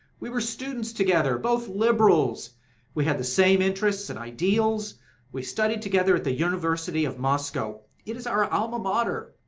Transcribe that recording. we were students together, both liberals we had the same interests and ideals we studied together at the university of moscow. it is our alma mater.